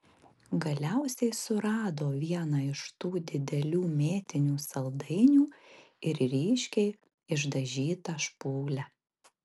galiausiai surado vieną iš tų didelių mėtinių saldainių ir ryškiai išdažytą špūlę